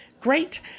Great